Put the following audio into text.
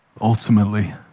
ultimately